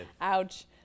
Ouch